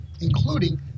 including